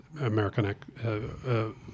American